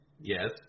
Yes